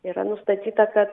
yra nustatyta kad